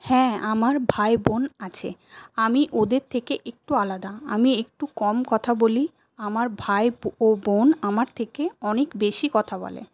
হ্যাঁ আমার ভাই বোন আছে আমি ওদের থেকে একটু আলাদা আমি একটু কম কথা বলি আমার ভাই ও বোন আমার থেকে অনেক বেশী কথা বলে